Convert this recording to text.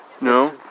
No